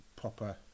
proper